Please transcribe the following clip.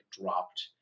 dropped